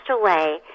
away